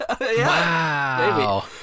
Wow